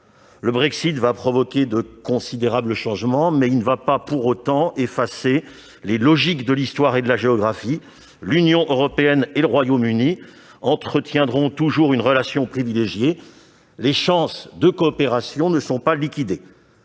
Le Brexit provoquera de considérables changements sans effacer pour autant les logiques de l'histoire et de la géographie : l'Union européenne et le Royaume-Uni entretiendront toujours une relation privilégiée et les chances de coopération ne sont pas liquidées.